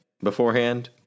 beforehand